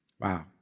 Wow